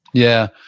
yeah,